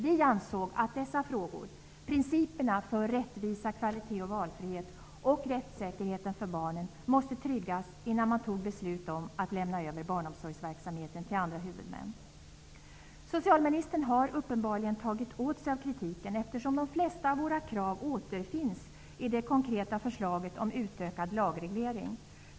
Vi ansåg att principerna för rättvisa, kvalitet och valfrihet och rättssäkerheten för barnen måste tryggas innan man tog beslut om att lämna över barnomsorgsverksamhet till andra huvudmän. Socialministern har uppenbarligen tagit åt sig av kritiken, eftersom de flesta av våra krav återfinns i det konkreta förslaget om utökad lagreglering.